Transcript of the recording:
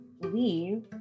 leave